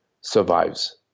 survives